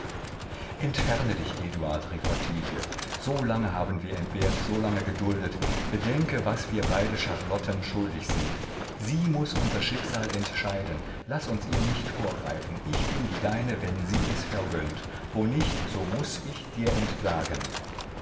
entferne dich eduard rief ottilie so lange haben wir entbehrt so lange geduldet bedenke was wir beide charlotten schuldig sind sie muß unser schicksal entscheiden laß uns ihr nicht vorgreifen ich bin die deine wenn sie es vergönnt wo nicht so muß ich dir entsagen